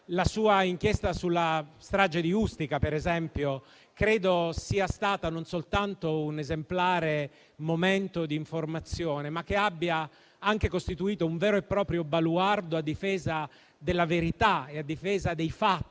La sua inchiesta sulla strage di Ustica, per esempio, credo che non soltanto sia stata un esemplare momento di informazione, ma abbia anche costituito un vero e proprio baluardo a difesa della verità e a difesa dei fatti.